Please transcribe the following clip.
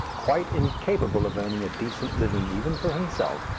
quite incapable of earning a decent living even for himself,